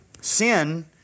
Sin